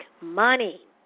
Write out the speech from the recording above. money